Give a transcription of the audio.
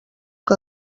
que